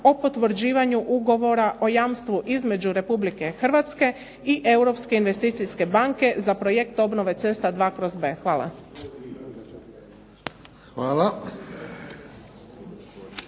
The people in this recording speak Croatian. o potvrđivanju Ugovora o jamstvu između Republike Hrvatske i Europske investicijske banke za projekt obnove cesta dva kroz B. Hvala.